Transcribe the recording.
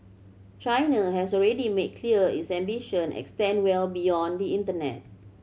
China has already made clear its ambition extend well beyond the internet